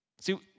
See